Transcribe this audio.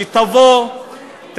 שתבוא,